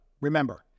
remember